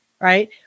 right